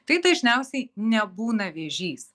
tai dažniausiai nebūna vėžys